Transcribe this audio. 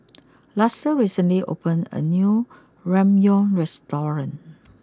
Luster recently opened a new Ramyeon restaurant